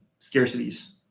scarcities